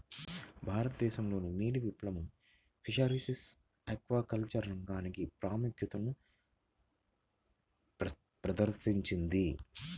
భారతదేశంలోని నీలి విప్లవం ఫిషరీస్ ఆక్వాకల్చర్ రంగానికి ప్రాముఖ్యతను ప్రదర్శించింది